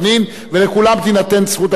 ולכולם תינתן זכות השאלה.